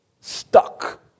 stuck